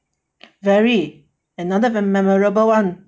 very another memorable [one]